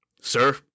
Sir